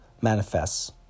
manifests